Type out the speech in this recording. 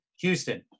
Houston